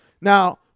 Now